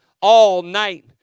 all-night